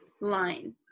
line